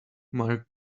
mike